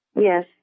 Yes